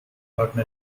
cornell